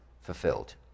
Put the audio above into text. fulfilled